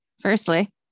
Firstly